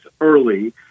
early